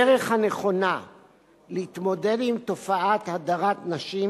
הדרך הנכונה להתמודד עם תופעת הדרת נשים